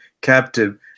captive